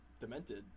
demented